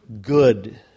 good